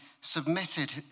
submitted